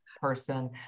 person